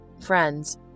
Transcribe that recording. friends